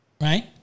right